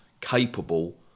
capable